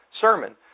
sermon